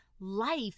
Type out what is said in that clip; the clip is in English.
life